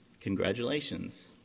Congratulations